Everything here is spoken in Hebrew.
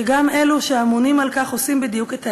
שגם אלו שאמונים על כך עושים בדיוק את ההפך.